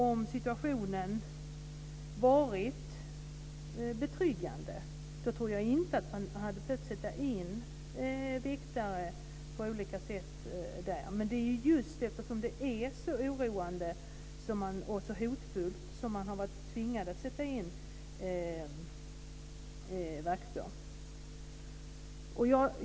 Om situationen varit betryggande så tror jag inte att man hade behövt sätta in väktare på olika sätt där. Men det är just eftersom det är så oroande och så hotfullt som man har varit tvingad att sätta in vakter.